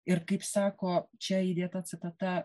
ir kaip sako čia įdėta citata